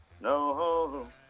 no